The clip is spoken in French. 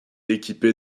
équipés